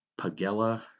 pagella